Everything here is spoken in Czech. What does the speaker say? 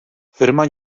firma